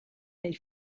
nel